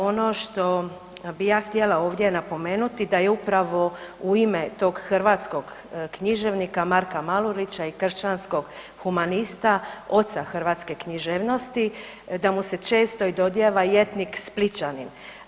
Ono što bih ja htjela ovdje napomenuti da je upravo u ime tog hrvatskog književnika Marka Marulića i kršćanskog humanista, oca hrvatske književnosti da mu se često dodijeva i etnik Splićanin.